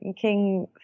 King